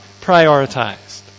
prioritized